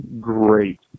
great